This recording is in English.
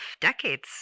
decades